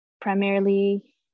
primarily